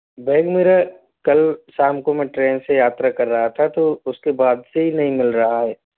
bag मेरा कल शाम को मैं ट्रेन से यात्रा कर रहा था तो उसके बाद से ही नहीं मिल रहा है